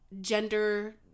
gender